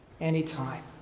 anytime